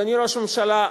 אדוני ראש הממשלה,